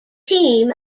team